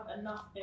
enough